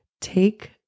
take